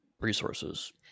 resources